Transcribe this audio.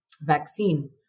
vaccine